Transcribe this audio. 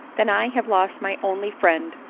then i have lost my only friend!